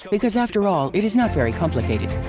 because after all it is not very complicated.